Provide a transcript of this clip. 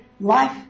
life